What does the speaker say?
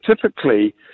typically